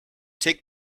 take